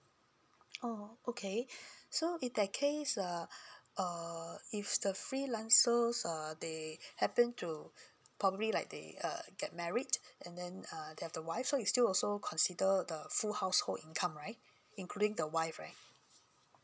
oh okay so in that case err if the freelance so err they happen to probably like they uh get married and then uh they have the wife so is still also consider the full household income right including the wife right